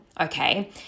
okay